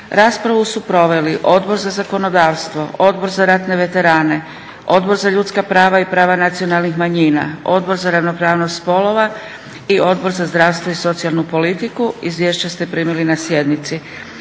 Raspravu su proveli Odbor za zakonodavstvo, Odbor za ratne veterane, Odbor za ljudska prava i prava nacionalnih manjina, Odbor za ravnopravnost spolova i Odbor za zdravstvo i socijalnu politiku. Izvješća ste primili na sjednici.